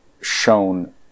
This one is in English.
shown